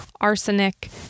arsenic